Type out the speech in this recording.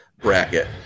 bracket